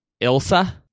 Ilsa